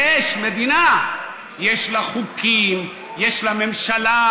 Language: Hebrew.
יש מדינה: יש לה חוקים, יש לה ממשלה,